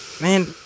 Man